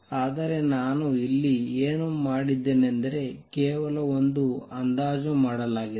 ಆದರೆ ನಾನು ಇಲ್ಲಿ ಏನು ಮಾಡಿದ್ದೇನೆಂದರೆ ಕೇವಲ ಒಂದು ಅಂದಾಜು ಮಾಡಲಾಗಿದೆ